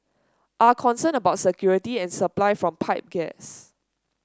are concerned about security and supply from pipe gas